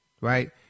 Right